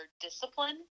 discipline